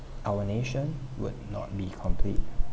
our nation would not be complete